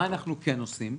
מה אנחנו כן עושים?